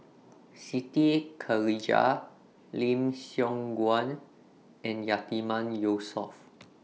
Siti Khalijah Lim Siong Guan and Yatiman Yusof